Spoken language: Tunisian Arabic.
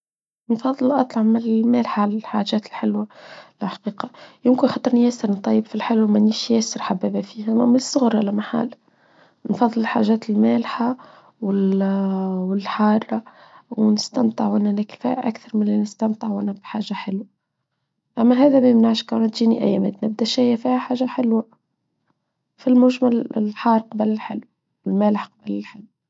من فضل الأطعمة الملحة للحاجات الحلوة الحقيقة يمكن خطرني ياسر نطيب في الحلوة وما نيش ياسر حبابا فيها ما من الصغر على محال من فضل الحاجات الملحة والحارة ونستمتع ونا لكفاءة أكثر من أن نستمتع ونا بحاجة حلوة أما هذا بيبناش كونه تجيني أيامات نبدأ شاية فيها حاجة حلوة في المجمل الحار قبل الحلوة الملح قبل الحلوة.